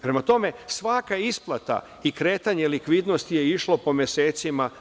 Prema tome, svaka isplata i kretanje likvidnosti je išlo po mesecima.